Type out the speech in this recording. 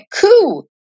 coup